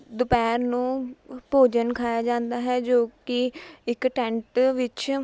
ਦੁਪਹਿਰ ਨੂੰ ਭੋਜਨ ਖਾਇਆ ਜਾਂਦਾ ਹੈ ਜੋ ਕਿ ਇੱਕ ਟੈਂਟ ਵਿੱਚ